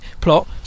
plot